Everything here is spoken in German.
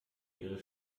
ihre